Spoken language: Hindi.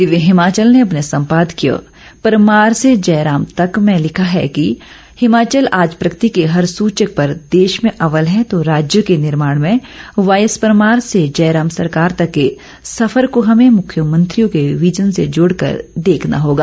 दिव्य हिमाचल ने अपने संपादकीय परमार से जयराम तक में लिखा है कि हिमाचल आज प्रगति के हर सूचक पर देश में अव्वल है तो राज्य के निर्माण में वाईएसपरमार से जयराम सरकार तक के सफर को हमें मुख्यमंत्रियों के विज़न से जोड़कर देखना होगा